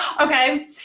Okay